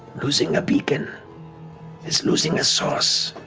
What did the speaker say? losing a beacon is losing a source